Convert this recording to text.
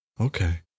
Okay